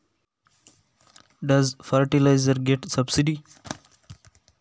ರಸಗೊಬ್ಬರಕ್ಕೆ ಸಬ್ಸಿಡಿ ಸಿಗುತ್ತದೆಯೇ?